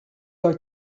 like